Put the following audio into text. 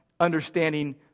Understanding